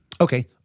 Okay